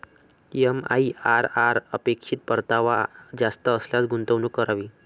MIRR अपेक्षित परतावा जास्त असल्यास गुंतवणूक करावी